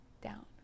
down